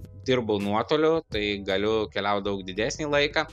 dirbu nuotoliu tai galiu keliaut daug didesnį laiką